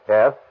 Yes